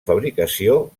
fabricació